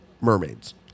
Mermaids